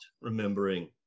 remembering